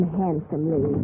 handsomely